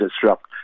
disrupt